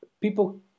people